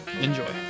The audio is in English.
Enjoy